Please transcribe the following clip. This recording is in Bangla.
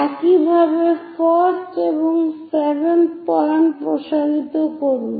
একইভাবে 1st এবং 7th পয়েন্ট প্রসারিত করুন